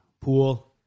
pool